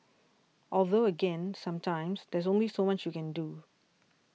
although again sometimes there's only so much you can do